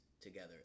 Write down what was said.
together